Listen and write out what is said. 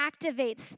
activates